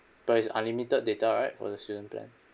but it's unlimited data right for the student plan